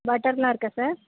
பட்டர்லாம் இருக்கா சார்